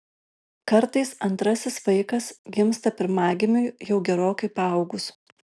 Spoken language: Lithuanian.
kartais antrasis vaikas gimsta pirmagimiui jau gerokai paaugus